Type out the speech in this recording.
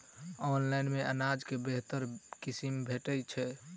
Online मे अनाज केँ बेहतर किसिम भेटय छै?